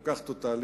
כל כך טוטלית.